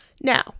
Now